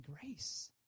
grace